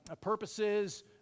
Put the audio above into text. purposes